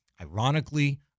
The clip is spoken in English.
ironically